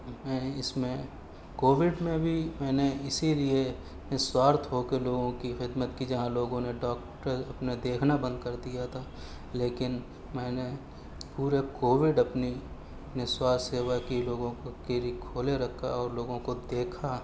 میں اس میں کووڈ میں بھی میں نے اسی لیے نہہ سوارتھ ہو کر لوگوں کی خدمت کی جہاں لوگوں نے ڈاکٹر اپنا دیکھنا بند کر دیا تھا لیکن میں نے پورے کووڈ اپنی نہہ سوارتھ سیوا کی لوگوں کو کے لیے کھولے رکھا اور لوگوں کو دیکھا